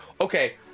Okay